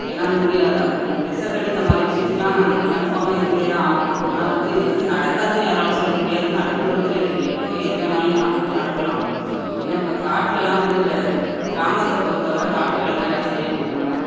ஏன்னா முடியாத விஷக்கடி இந்த மாதிரி விஷயத்துக்குலாம் கன்ஃபார்மாக இருந்தே தான் ஆகணும் ஆனால் வந்து இது வந்து நடக்காதுன்னு யாராலும் சொல்ல முடியாது நடக்குங்கிறது தெரியாது எப்போது எது வேணாலும் யாருக்கும் நடக்கலாம் ஏன்னா இப்போ காட்டுலெலாம் வந்து கிராமத்தை பொறுத்த வரை காட்டு வேலை தான் எல்லாம் செய்யக்கூடியவங்க